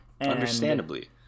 Understandably